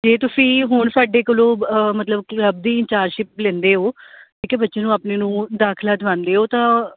ਜੇ ਤੁਸੀਂ ਹੁਣ ਸਾਡੇ ਕੋਲੋਂ ਮਤਲਬ ਕਲੱਬ ਦੀ ਇੰਚਾਰਜਸ਼ਿਪ ਲੈਂਦੇ ਹੋ ਠੀਕ ਹੈ ਬੱਚੇ ਨੂੰ ਆਪਣੇ ਨੂੰ ਦਾਖਲਾ ਦਵਾਉਂਦੇ ਹੋ ਤਾਂ